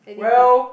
well